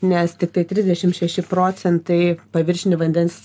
nes tiktai trisdešim šeši procentai paviršinių vandens